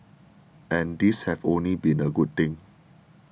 and these have only been a good thing